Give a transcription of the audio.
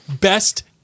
best